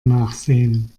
nachsehen